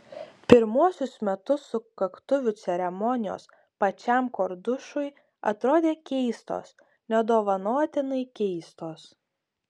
pirmuosius metus sukaktuvių ceremonijos pačiam kordušui atrodė keistos nedovanotinai keistos